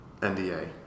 NDA